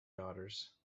daughters